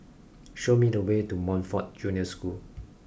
show me the way to Montfort Junior School